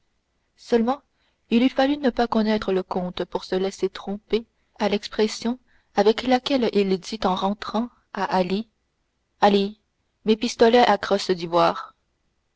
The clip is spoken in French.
seulement il eût fallu ne pas connaître le comte pour se laisser tromper à l'expression avec laquelle il dit en entrant à ali ali mes pistolets à crosse d'ivoire